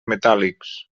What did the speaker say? metàl·lics